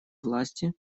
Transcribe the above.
власти